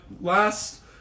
last